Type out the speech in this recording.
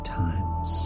times